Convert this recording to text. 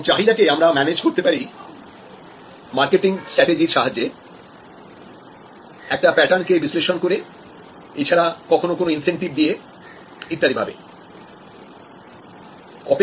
এবং চাহিদা কে আমরা ম্যানেজ করতে পারি মার্কেটিং স্ট্র্যাটেজির সাহায্যে একটা প্যাটার্ন কেবিশ্লেষণ করে এছাড়া কখনো কোনো ইন্সেন্টিভ দিয়ে ইত্যাদি